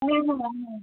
হ্যাঁ হ্যাঁ হ্যাঁ হ্যাঁ